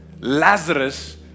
Lazarus